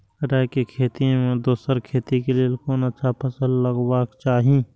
राय के खेती मे दोसर खेती के लेल कोन अच्छा फसल लगवाक चाहिँ?